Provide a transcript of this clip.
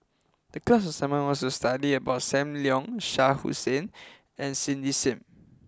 the Class Assignment was to study about Sam Leong Shah Hussain and Cindy Sim